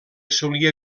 solia